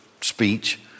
speech